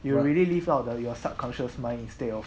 you are really live out of that your subconscious mind instead of